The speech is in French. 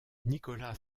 nicola